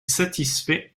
satisfaits